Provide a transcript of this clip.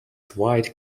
dwight